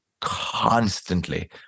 constantly